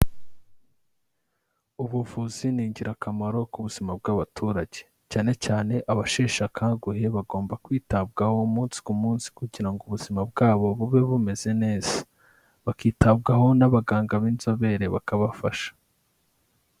Ubuvuzi ni ingirakamaro ku buzima bw'abaturage, cyane cyane abasheshe akanguhe bagomba kwitabwaho umunsi ku munsi kugira ngo ubuzima bwabo bube bumeze neza, bakitabwaho n'abaganga b'inzobere bakabafasha.